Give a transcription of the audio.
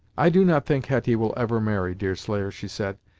i do not think hetty will ever marry, deerslayer, she said,